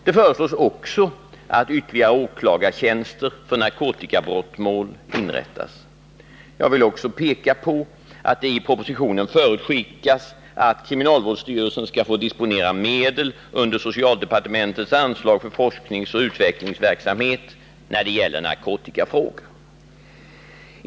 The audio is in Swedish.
Det föreslås också att ytterligare åklagartjänster för narkotikabrottmål inrättas. Jag vill även peka på att det i propositionen förutskickas att kriminalvårdsstyrelsen skall få disponera medel under socialdepartementets anslag för forskningsoch utvecklingsverksamhet när det gäller narkotikafrågor.